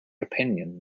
opinion